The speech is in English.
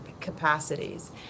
capacities